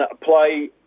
play